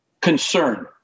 concern